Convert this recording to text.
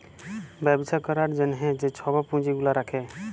ব্যবছা ক্যরার জ্যনহে যে ছব পুঁজি গুলা রাখে